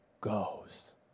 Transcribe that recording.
goes